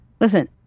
listen